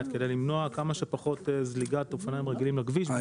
כדי למנוע כמה שפחות זליגת אופניים רגילים לכביש.